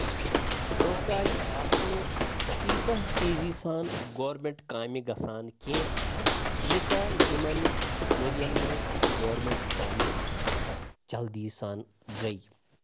برونٛہہ کالہِ آسنہٕ تیٖژاہ تیزی سان گورمنٹ کامہِ گژھان کینٛہہ ییٖژاہ یِمَن ؤرۍ یَن منٛز گورمٮ۪نٛٹ کامہِ جلدی سان گٔے